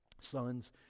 sons